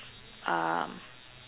um